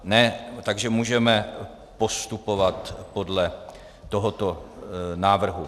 Ne, takže můžeme postupovat podle tohoto návrhu.